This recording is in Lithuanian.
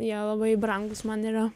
jie labai brangūs man yra